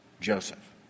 Joseph